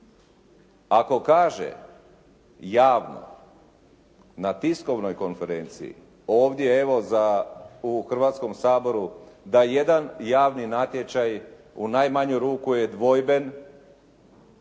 Ako kaže javno na tiskovnoj konferenciji, ovdje evo u Hrvatskom saboru da jedan javni natječaj u najmanju ruku je dvojben,